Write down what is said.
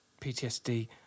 PTSD